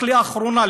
רק לאחרונה,